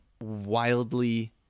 wildly